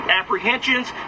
apprehensions